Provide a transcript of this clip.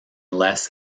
les